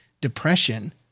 depression